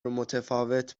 متفاوت